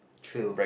true